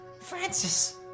Francis